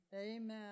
Amen